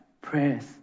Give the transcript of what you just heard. prayers